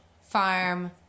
farm